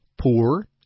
poor